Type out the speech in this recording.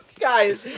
guys